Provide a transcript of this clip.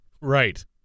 Right